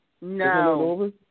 No